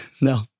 No